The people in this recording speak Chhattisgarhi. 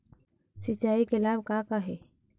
सिचाई के लाभ का का हे?